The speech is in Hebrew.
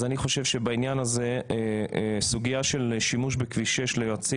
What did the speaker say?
אז אני חושב שבעניין הזה הסוגיה של שימוש בכביש 6 ליועצים